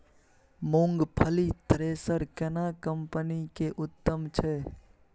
मूंगफली थ्रेसर केना कम्पनी के उत्तम छै?